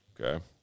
Okay